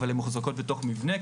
אבל הן מוחזקות בתוך מבנה,